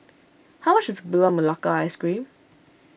how much is Gula Melaka Ice Cream